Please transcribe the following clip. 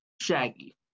shaggy